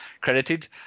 credited